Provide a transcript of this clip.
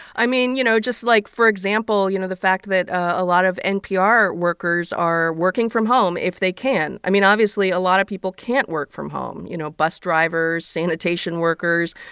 i mean, you know, just, like, for example, you know, the fact that a lot of npr workers are working from home if they can. i mean, obviously, a lot of people can't work from home you know, bus drivers, sanitation workers.